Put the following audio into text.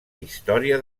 història